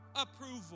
approval